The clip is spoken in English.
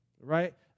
right